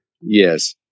Yes